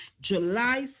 July